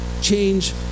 change